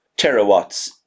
terawatts